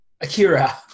Akira